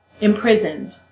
imprisoned